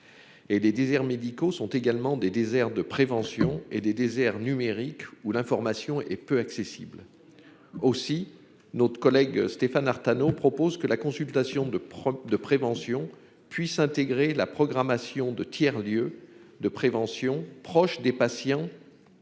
Et des déserts médicaux sont également des déserts de prévention et des déserts numériques ou l'information est peu accessible aussi notre collègue Stéphane Artano propose que la consultation de de prévention puisse intégrer la programmation de tiers-lieux de prévention proches des patients